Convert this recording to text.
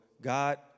God